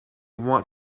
want